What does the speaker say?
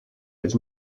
does